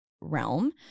realm